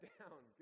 down